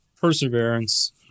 perseverance